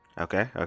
Okay